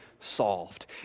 solved